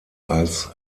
als